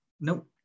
Nope